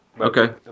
Okay